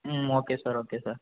ம் okay sir okay sir